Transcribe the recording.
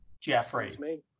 Jeffrey